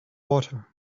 water